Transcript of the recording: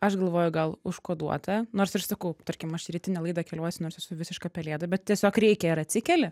aš galvoju gal užkoduota nors ir sakau tarkim aš į rytinę laidą keliuosi nors esu visiška pelėda bet tiesiog reikia ir atsikeli